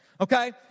Okay